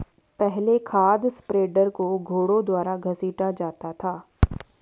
पहले खाद स्प्रेडर को घोड़ों द्वारा घसीटा जाता था